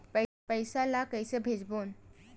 पईसा ला कइसे भेजबोन?